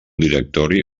directori